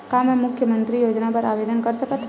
का मैं मुख्यमंतरी योजना बर आवेदन कर सकथव?